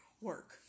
work